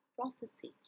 prophecy